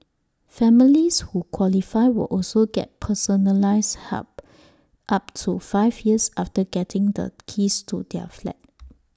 families who qualify will also get personalised help up to five years after getting the keys to their flat